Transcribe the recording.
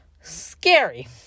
Scary